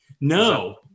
No